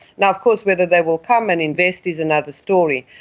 now, of course whether they will come and invest is another story.